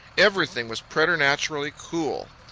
everything was preternaturally cool.